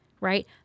right